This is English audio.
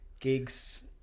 gigs